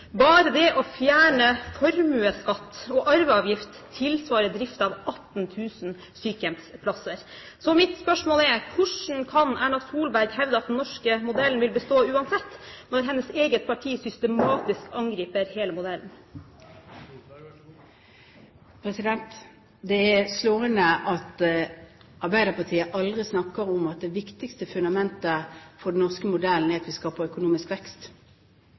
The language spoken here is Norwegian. Bare det å fjerne formuesskatt og arveavgift tilsvarer drift av 18 000 sykehjemsplasser. Så mitt spørsmål er: Hvordan kan Erna Solberg hevde at den norske modellen vil bestå uansett, når hennes eget parti systematisk angriper hele modellen? Det er slående at Arbeiderpartiet aldri snakker om at det viktigste fundamentet for den norske modellen er at vi skaper økonomisk vekst.